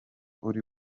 uri